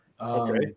Okay